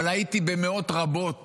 אבל הייתי במאות רבות